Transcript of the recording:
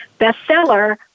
bestseller